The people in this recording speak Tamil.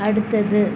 அடுத்தது